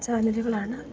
ചാനലുകളാണ്